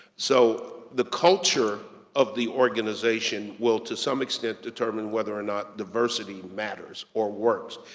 so, the culture of the organization will to some extent determine whether or not diversity matters or works.